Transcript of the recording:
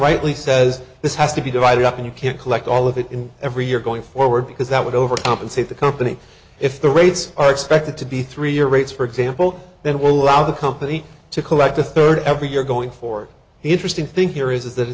rightly says this has to be divided up and you can't collect all of it in every year going forward because that would over compensate the company if the rates are expected to be three year rates for example that will allow the company to collect a third every year going forward the interesting thing here is that it